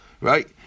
right